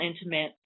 intimate